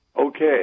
okay